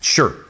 Sure